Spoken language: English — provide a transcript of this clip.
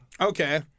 Okay